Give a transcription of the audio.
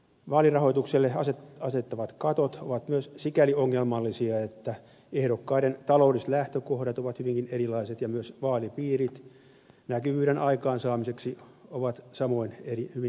vaalirahoitukselle asetettavat katot ovat myös sikäli ongelmallisia että ehdokkaiden taloudelliset lähtökohdat ovat hyvinkin erilaiset ja myös vaalipiirit näkyvyyden aikaansaamisen kannalta ovat samoin hyvin erilaisia